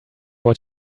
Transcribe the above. what